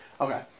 Okay